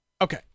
Okay